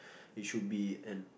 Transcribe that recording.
it should be an